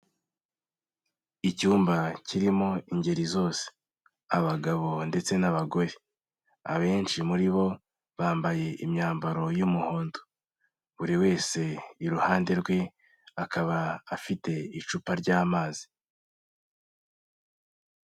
Icyumba kirimo ingeri zose abagabo ndetse n'abagore, abenshi muri bo bambaye imyambaro y'umuhondo, buri wese iruhande rwe akaba afite icupa ry'amazi.